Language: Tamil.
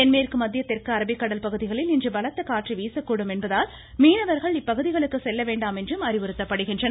தென்மேற்கு மத்திய தெற்கு அரபிக்கடல் பகுதிகளில் இன்று பலத்த காற்று வீசக்கூடும் என்பதால் மீனவர்கள் இப்பகுதிகளுக்கு செல்ல வேண்டாம் என்றும் அறிவுறுத்தப்படுகின்றனர்